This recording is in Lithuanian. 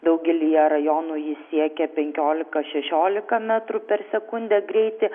daugelyje rajonų jis siekia penkiolika šešiolika metrų per sekundę greitį